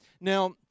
Now